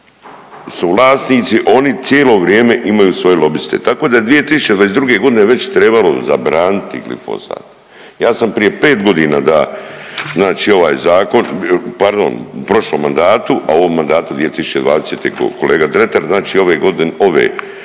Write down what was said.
su vlasnici, oni cijelo vrijeme imaju svoje lobiste. Tako da 2022. g. već je trebala zabraniti glifosat. Ja sam prije 5 godina da znači ovaj Zakon, pardon, u prošlom mandatu, a u ovom mandatu 2020. .../nerazumljivo/... kolega Dretar, znači ove godine, ove